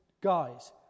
guys